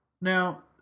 Now